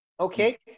Okay